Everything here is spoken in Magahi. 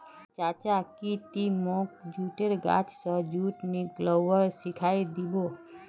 चाचा की ती मोक जुटेर गाछ स जुट निकलव्वा सिखइ दी बो